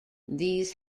these